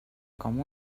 com